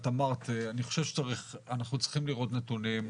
אני חושב שאנחנו צריכים לראות נתונים,